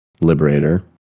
Liberator